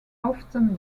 often